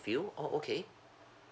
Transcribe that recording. oh okay